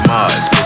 Mars